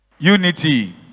Unity